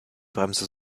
bremse